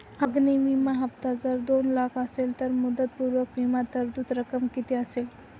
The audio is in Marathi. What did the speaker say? अग्नि विमा हफ्ता जर दोन लाख असेल तर मुदतपूर्व विमा तरतूद रक्कम किती असेल?